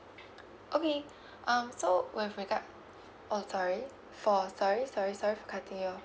okay um so with regard oh sorry for sorry sorry sorry for cutting you off